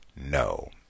no